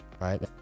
Right